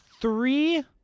three